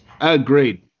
Agreed